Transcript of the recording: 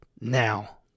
now